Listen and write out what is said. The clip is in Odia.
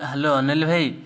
ହ୍ୟାଲୋ ଅନିଲ ଭାଇ